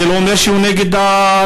זה לא אומר שהוא נגד המדינה.